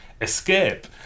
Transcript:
escape